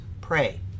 pray